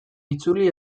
itzuli